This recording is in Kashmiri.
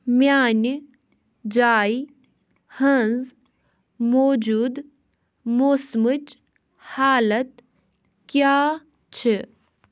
میانہِ جایہِ ہٕنٛز موٗجودٕ موسمٕچ حالت کیاہ چھِ